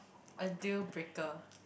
a deal breaker